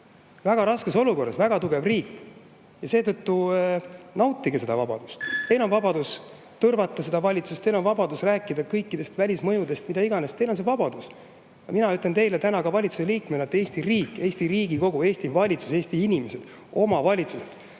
väga raskes olukorras, ja seetõttu [ma ütlen, et] nautige seda vabadust. Teil on vabadus tõrvata valitsust, teil on vabadus rääkida kõikidest välismõjudest, millest iganes – teil on see vabadus. Mina ütlen teile ka valitsuse liikmena, et Eesti riik, Eesti Riigikogu, Eesti valitsus, Eesti inimesed ja omavalitsused